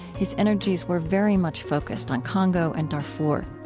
his energies were very much focused on congo and darfur.